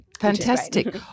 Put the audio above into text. Fantastic